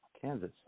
Kansas